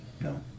No